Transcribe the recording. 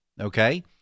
Okay